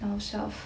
north south